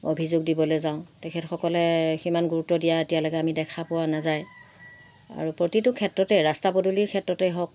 অভিযোগ দিবলে যাওঁ তেখেতসকলে সিমান গুৰুত্ব দিয়া এতিয়ালৈকে আমি দেখা পোৱা নাযায় আৰু প্ৰতিটো ক্ষেত্ৰতে ৰাস্তা পদূলিৰ ক্ষেত্ৰতে হওক